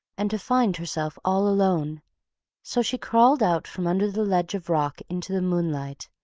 and to find herself all alone so she crawled out from under the ledge of rock into the moonlight,